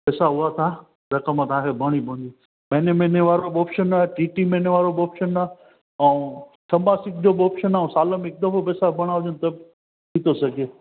पैसा हुआ छा रक़म तव्हांखे भरिणी पवंदी महिने महिने वारो ऑप्शन आहे टीं टीं महिने वारो बि ऑप्शन आहे ऐं छह मासिक जो बि ऑप्शन आहे ऐं साल जो हिकु दफ़ो पैसा भरिणा हुजनि त बि थी थो सघे